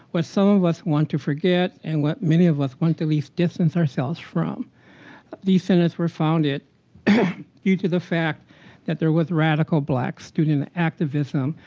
what some of us want to forget and what many of us want to at least distance ourselves from these centers were founded due to the fact that there was radical black student activism.